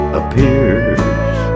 appears